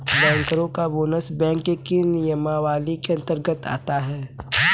बैंकरों का bonus bank के किस नियमावली के अंतर्गत आता है?